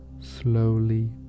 slowly